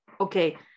okay